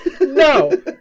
No